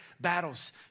battles